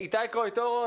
איתי קרויטרו,